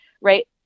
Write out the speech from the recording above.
right